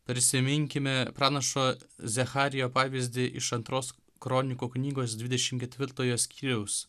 prisiminkime pranašo zecharijo pavyzdį iš antros kroniko knygos dvidešim ketvirtojo skyriaus